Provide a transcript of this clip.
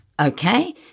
okay